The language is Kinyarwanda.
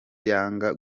yanga